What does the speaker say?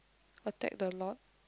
attack the lot